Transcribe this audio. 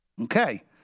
Okay